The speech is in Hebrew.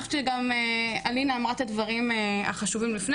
אני חושבת שגם אלינה אמרה את הדברים החשובים לפני